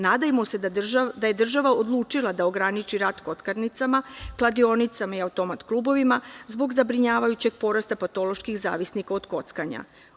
Nadajmo se da je država odlučila da ograniči rad kockarnicama, kladionicama i automat-klubovima zbog zabrinjavajućeg porasta patoloških zavisnika od kockanja.